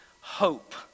hope